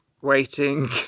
waiting